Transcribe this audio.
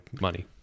money